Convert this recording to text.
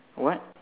what